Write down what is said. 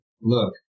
look